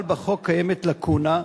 אבל בחוק קיימת לקונה.